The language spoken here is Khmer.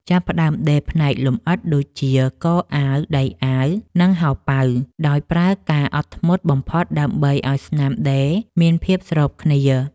ចាប់ផ្ដើមដេរផ្នែកលម្អិតដូចជា កអាវ ដៃអាវ និងហោប៉ៅ ដោយប្រើកាអត់ធ្មត់បំផុតដើម្បីឱ្យស្នាមដេរមានភាពស្របគ្នា។